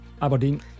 Aberdeen